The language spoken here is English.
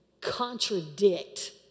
contradict